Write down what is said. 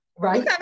Right